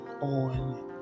on